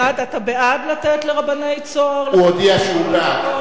אתה בעד לתת לרבני "צהר" הוא הודיע שהוא בעד.